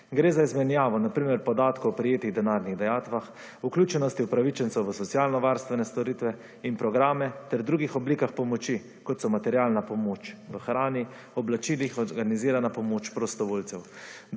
Gre za izmenjavo na primer podatkov prejetih denarnih dajatvah, vključenosti upravičencev v socialno-varstvene storitve in programe ter drugih oblikah pomoči kot so materialna pomoč v hrani, oblačilih, organizirana pomoč prostovoljcev.